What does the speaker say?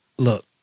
look